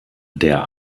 der